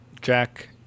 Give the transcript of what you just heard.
Jack